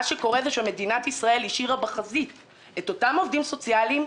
מה שקורה הוא שמדינת ישראל השאירה בחזית את אותם עובדים סוציאליים,